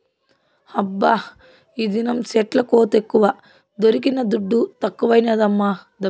హబ్బా ఈదినం సెట్ల కోతెక్కువ దొరికిన దుడ్డు తక్కువైనాదమ్మీ